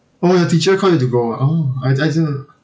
oh your teacher call you to go ah oh I I didn't